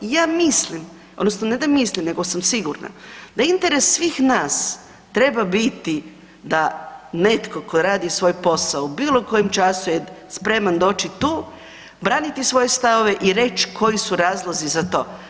Ja mislim odnosno ne da mislim nego sam sigurna da interes svih nas treba biti da netko ko radi svoj posao u bilo kojem času je spreman doći tu, braniti svoje stavove i reći koji su razlozi za to.